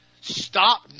Stop